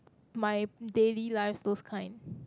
my daily lives those kind